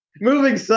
Moving